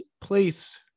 place